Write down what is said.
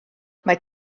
mae